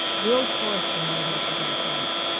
the old forester made his obeisance.